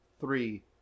three